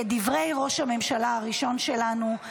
כדברי ראש הממשלה הראשון שלנו,